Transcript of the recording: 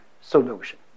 solution